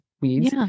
weeds